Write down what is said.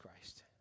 Christ